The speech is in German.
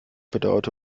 bedauerte